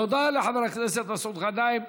תודה לחבר הכנסת מסעוד גנאים.